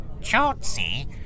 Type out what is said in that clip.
Chauncey